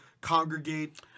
congregate